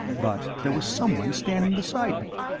but there was someone standing beside me.